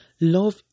Love